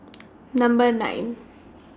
Number nine